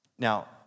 Now